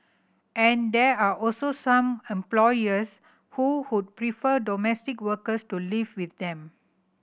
and there are also some employers who would prefer domestic workers to live with them